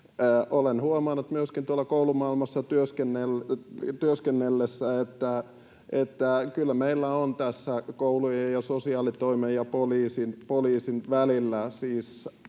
Olen huomannut myöskin tuolla koulumaailmassa työskennellessä, että kyllä meillä on tässä koulujen, sosiaalitoimen ja poliisin välillä